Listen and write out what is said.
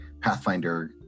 Pathfinder